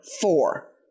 four